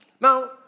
Now